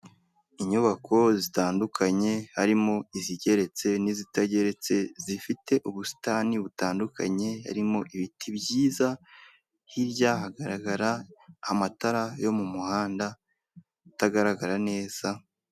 Inyubako zitandukanye, harimo izigeretse n'izitageretse zifite ubusitani butandukanye, harimo ibiti byiza. Hirya hagaragara amatara yo mu muhanda atagaragara neza.